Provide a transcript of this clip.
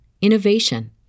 innovation